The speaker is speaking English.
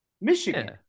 Michigan